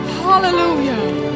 hallelujah